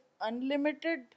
unlimited